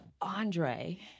Andre